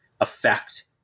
affect